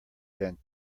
than